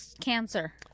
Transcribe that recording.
Cancer